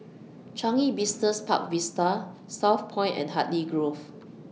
Changi Business Park Vista Southpoint and Hartley Grove